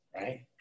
right